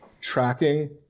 tracking